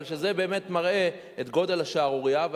כי זה באמת מראה את גודל השערורייה,